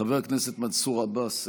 חבר הכנסת מנסור עבאס,